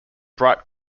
bright